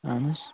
اَہَن حظ